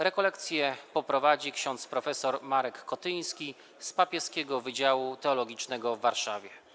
Rekolekcje poprowadzi ks. prof. Marek Kotyński z Papieskiego Wydziału Teologicznego w Warszawie.